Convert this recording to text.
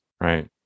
Right